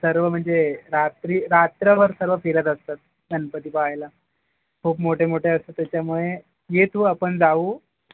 सर्व म्हणजे रात्री रात्रभर सर्व फिरत असतात गणपती पहायला खूप मोठे मोठे असते त्याच्यामुळे ये तू आपण जाऊ